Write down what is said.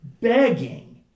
begging